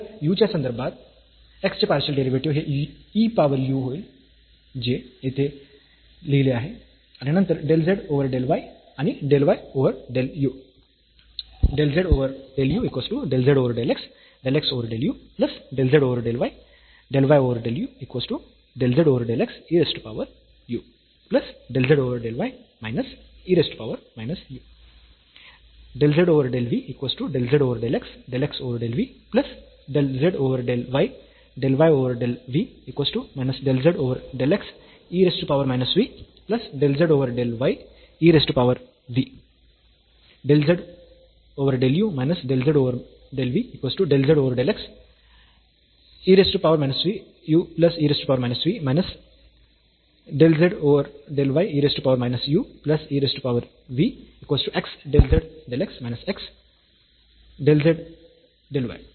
तर u च्या संदर्भात x चे पार्शियल डेरिव्हेटिव्ह हे e पॉवर u होईल जे येथे लिहिले आहे आणि नंतर del z over del y आणि del y over del u